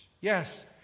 Yes